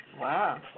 Wow